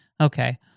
Okay